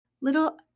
little